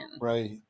right